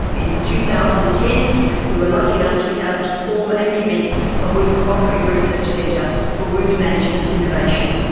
in two thousand and ten we were lucky enough to be able to form and commence a wound cooperative research centre for wound management innovation.